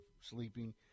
sleeping